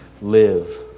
live